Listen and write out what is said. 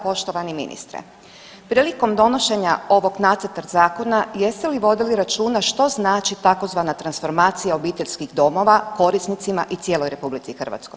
Poštovani ministre prilikom donošenja ovog nacrta zakona jeste li vodili računa što znači tzv. transformacija obiteljskih domova korisnicima i cijeloj RH.